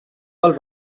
del